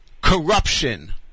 corruption